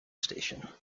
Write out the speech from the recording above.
station